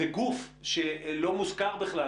וגוף שלא מוזכר בכלל